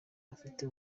bafite